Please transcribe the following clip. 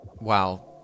Wow